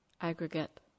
aggregate